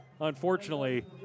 unfortunately